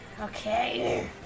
Okay